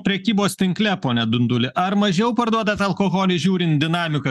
prekybos tinkle pone dunduli ar mažiau parduodat alkoholį žiūrint dinamiką